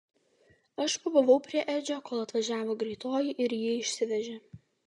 aš pabuvau prie edžio kol atvažiavo greitoji ir jį išsivežė